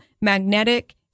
magnetic